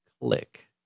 click